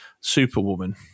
superwoman